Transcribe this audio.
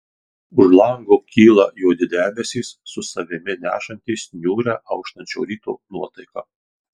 už lango kyla juodi debesys su savimi nešantys niūrią auštančio ryto nuotaiką